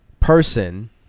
person